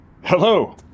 Hello